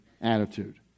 attitude